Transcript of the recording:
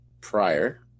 prior